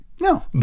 no